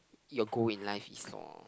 your goal in life is lor